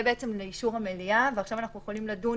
לאישור המליאה ועכשיו אנחנו יכולים לדון,